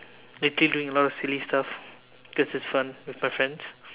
maybe doing a lot of silly stuff because it's fun with my friends